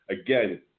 Again